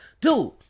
dude